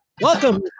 Welcome